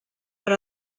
per